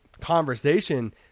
conversation